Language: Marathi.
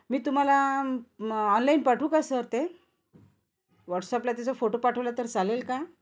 मी तुम्हाला ऑनलाईन पाठवू का सर ते व्हॉट्सअपला त्याचं फोटो पाठवला तर चालेल का